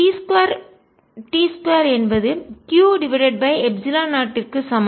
c2 t2 என்பது q epsilon 0 விற்கு சமம்